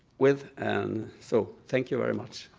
with and so thank you very much.